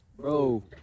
bro